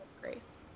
grace